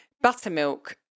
buttermilk